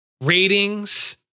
ratings